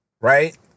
right